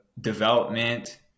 development